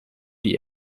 die